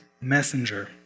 messenger